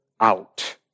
out